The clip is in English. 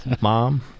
Mom